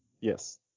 Yes